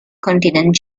continent